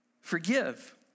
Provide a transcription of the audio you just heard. forgive